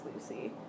Lucy